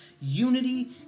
unity